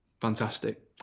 fantastic